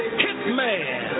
hitman